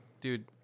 Dude